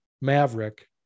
Maverick